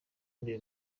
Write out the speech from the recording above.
muri